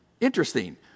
Interesting